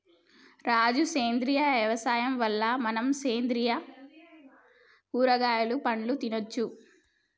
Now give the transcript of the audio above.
రాజు సేంద్రియ యవసాయం వల్ల మనం సేంద్రియ కూరగాయలు పండ్లు తినచ్చు